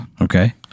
Okay